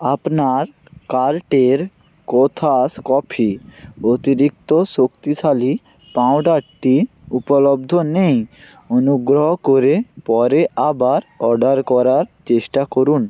আপনার কার্টের কোথাস কফি অতিরিক্ত শক্তিশালী পাউডারটি উপলব্ধ নেই অনুগ্রহ করে পরে আবার অর্ডার করার চেষ্টা করুন